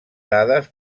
dades